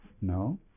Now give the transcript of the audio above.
No